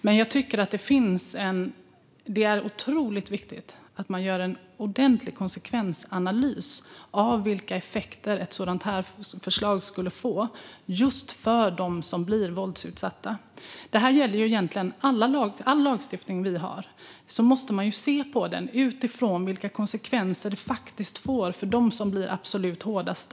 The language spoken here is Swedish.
Men jag tycker att det är otroligt viktigt att man gör en ordentlig konsekvensanalys av vilka effekter ett sådant här förslag skulle få just för dem som blir våldsutsatta. Det här gäller egentligen all lagstiftning vi har. Man måste se på den utifrån vilka konsekvenser den faktiskt får för dem som drabbas absolut hårdast.